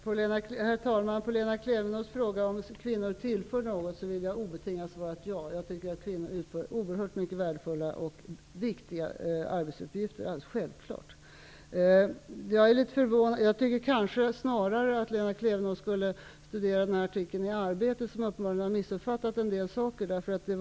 Herr talman! På Lena Klevenås fråga om kvinnor tillför något, vill jag obetingat svara ja. Kvinnor utför oerhört mycket värdefulla och viktiga arbetsuppgifter. Det är alldeles självklart. Jag tycker att Lena Klevenås borde studera den här artikeln i Arbetet, vilken hon uppenbarligen till en del missuppfattat.